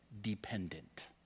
dependent